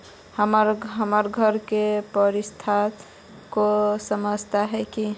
हमर घर के परिस्थिति के समझता है की?